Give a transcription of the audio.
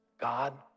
God